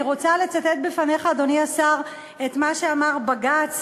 אני רוצה לצטט בפניך, אדוני השר, את מה שאמר בג"ץ